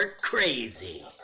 crazy